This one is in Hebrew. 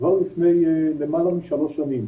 כבר לפני למעלה משלוש שנים,